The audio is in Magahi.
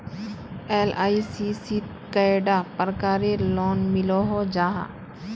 एल.आई.सी शित कैडा प्रकारेर लोन मिलोहो जाहा?